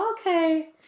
okay